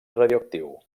radioactiu